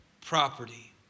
property